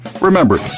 Remember